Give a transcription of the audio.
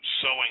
sowing